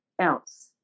else